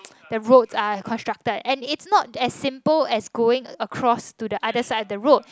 the roads and constructed and it's not as simple as going across to the other side of the road